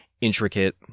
intricate